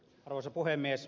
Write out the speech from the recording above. arvoisa puhemies